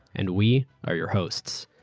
and we are your hosts.